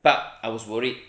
but I was worried